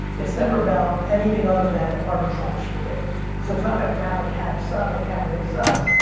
it's never about anything other than arbitrage for me. so it's not that napa cabs suck or cabernet sucks,